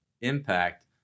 impact